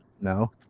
No